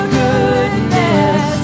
goodness